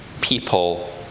People